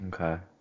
Okay